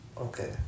Okay